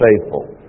faithful